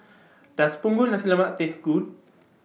Does Punggol Nasi Lemak Taste Good